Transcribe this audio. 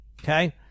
okay